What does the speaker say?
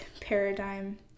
paradigm